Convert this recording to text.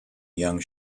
young